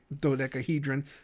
dodecahedron